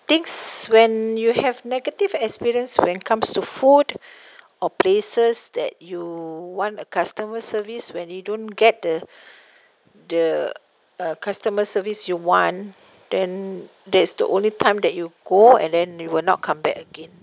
things when you have negative experience when comes to food or places that you want a customer service when you don't get the the uh customer service you want then that's the only time that you go and then you will not come back again